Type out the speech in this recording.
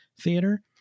theater